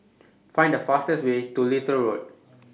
Find The fastest Way to Little Road